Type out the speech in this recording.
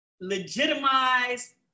legitimize